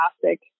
fantastic